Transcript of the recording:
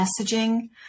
messaging